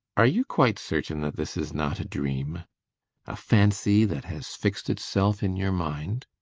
are you quite certain that this is not a dream a fancy, that has fixed itself in your mind?